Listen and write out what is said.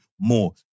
more